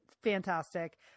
fantastic